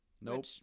Nope